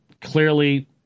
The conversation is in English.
clearly